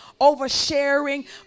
oversharing